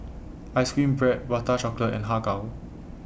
Ice Cream Bread Prata Chocolate and Har Kow